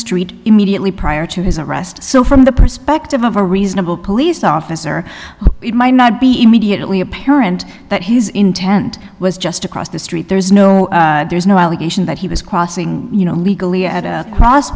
street immediately prior to his arrest so from the perspective of a reasonable police officer it might not be immediately apparent that his intent was just across the street there's no there's no allegation that he was crossing you know a legal